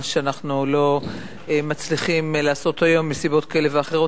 מה שאנחנו לא מצליחים לעשות היום מסיבות כאלה ואחרות,